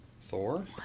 Thor